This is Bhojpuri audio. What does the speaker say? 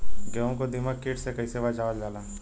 गेहूँ को दिमक किट से कइसे बचावल जाला?